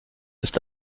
ist